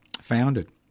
founded